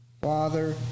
Father